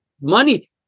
money